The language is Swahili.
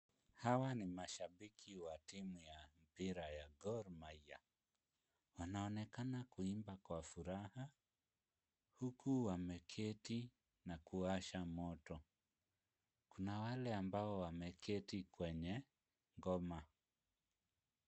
Hawa ni mashabiki wa timu ya mpira ya Gor Mahia. Wanaonekana kuimba kwa furaha huku wameketi na kuwasha moto. Kuna wale ambao wameketi kwenye ngoma.